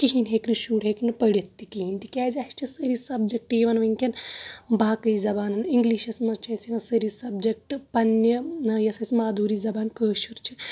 کہیٖن ہیٚکہِ نہٕ شُر ہیٚکہِ نہٕ پٔرِتھ تہِ کہیٖنۍ تِکیٛازِ اَسہِ سأری سبجکٹ یِوان وُنۍکٮ۪ن باقےٕ زبانن اِنگلشس منٛز چھ اَسہِ یِوان سأری سبجکٹ پننہِ یۄس اسہِ مادوٗری زبان کأشُر چھ